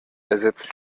ersetzt